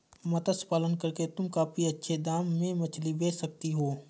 मत्स्य पालन करके तुम काफी अच्छे दाम में मछली बेच सकती हो